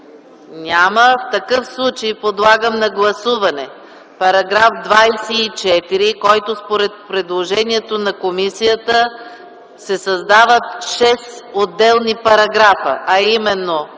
Няма. В такъв случай подлагам на гласуване § 24, в който според предложението на комисията се създават шест отделни параграфа, а именно